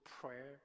prayer